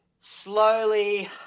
slowly